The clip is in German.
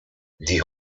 die